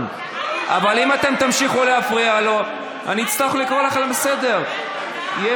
אני קורא אותך לסדר בפעם הראשונה.